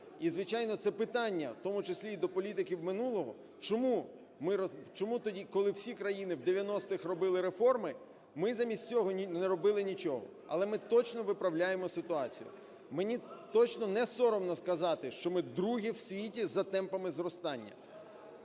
і, звичайно, це питання в тому числі і до політиків минулого: чому ми… чому тоді, коли всі країни в 90-х робили реформи, ми замість цього не робили нічого. Але ми точно виправляємо ситуацію. Мені точно не соромно сказати, що ми другі в світі за темпами зростання.